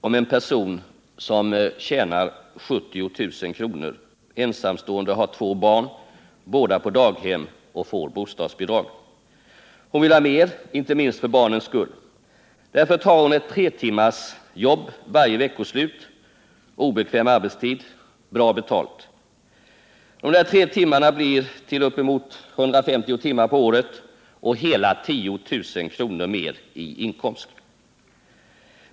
En ensamstående person tjänar 70 000 kr., har två barn, båda på daghem, och får bostadsbidrag. Hon vill ha mer, inte minst för barnens skull. Därför tar hon ett tretimmarsjobb varje veckoslut, på obekväm arbetstid och bra betalt. De tre timmarna blir till 150 timmar på ett år och ger hela 10 000 kr. mer i inkomst.